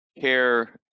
care